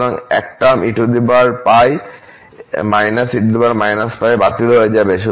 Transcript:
সুতরাং এক term eπ e π বাতিল হয়ে যাবে